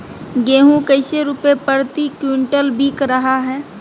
गेंहू कैसे रुपए प्रति क्विंटल बिक रहा है?